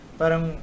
parang